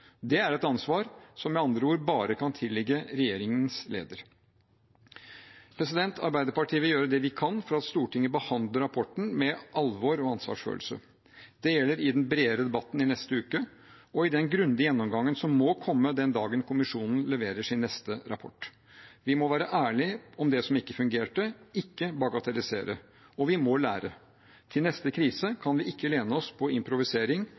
Det er et ansvar som med andre ord bare kan tilligge regjeringens leder. Arbeiderpartiet vil gjøre det vi kan for at Stortinget behandler rapporten med alvor og ansvarsfølelse. Det gjelder i den bredere debatten i neste uke og i den grundige gjennomgangen som må komme den dagen kommisjonen leverer sin neste rapport. Vi må være ærlige om det som ikke fungerte, ikke bagatellisere, og vi må lære. I neste krise kan vi ikke støtte oss på improvisering